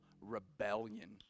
rebellion